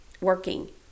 working